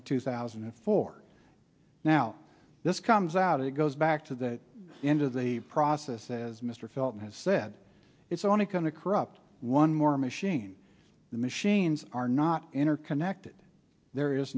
in two thousand and four now this comes out it goes back to that end of the process as mr felton has said it's only going to corrupt one more machine the machines are not interconnected there is